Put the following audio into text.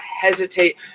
hesitate